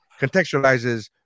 contextualizes